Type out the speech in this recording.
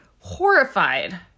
horrified